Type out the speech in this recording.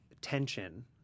tension